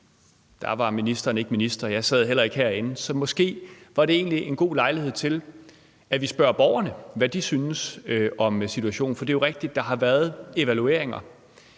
da var ministeren ikke minister, og jeg sad heller ikke herinde, så måske var det egentlig en god lejlighed til, at vi spørger borgerne, hvad de synes om situationen. For det er jo rigtigt, at der har været evalueringer,